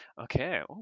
Okay